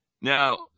Now